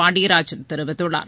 பாண்டியராஜன் தெரிவித்துள்ளார்